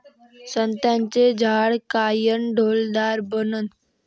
संत्र्याचं झाड कायनं डौलदार बनन?